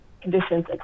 conditions